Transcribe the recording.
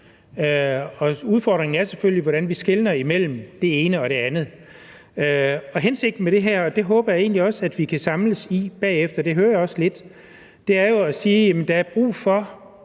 Udfordringen er selvfølgelig, hvordan vi skelner mellem det ene og det andet. Hensigten med det her, og det håber jeg egentlig også at vi kan samles om bagefter – og det hører jeg også lidt – er jo at sige, at der er brug for